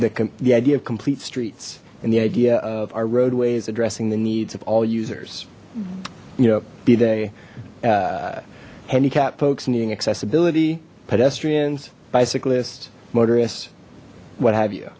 in the idea of complete streets and the idea of our roadways addressing the needs of all users you know be they handicapped folks needing accessibility pedestrians bicyclists motorists what have you